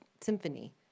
symphony